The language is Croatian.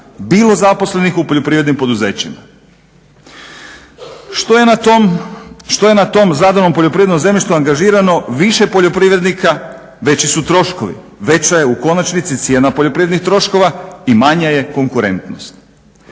bilo zaposlenih u poljoprivrednim poduzećima. Što je na tom zadanom poljoprivrednom zemljištu angažirano više poljoprivrednika veći su troškovi, veća je u konačnici cijena poljoprivrednih troškova i manja je konkurentnost.